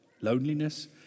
loneliness